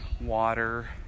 water